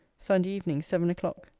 sunday evening, seven o'clock.